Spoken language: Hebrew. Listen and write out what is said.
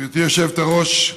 גברתי היושבת-ראש,